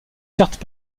certes